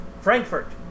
Frankfurt